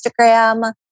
Instagram